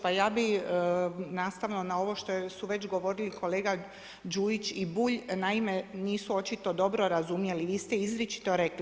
Pa ja bih nastavno na ovo što su već govorili kolega Đujić i Bulj, naime, nisu očito dobro razumjeli, vi ste izričito rekli.